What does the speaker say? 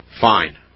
Fine